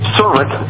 servant